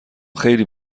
خیلی